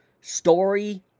Story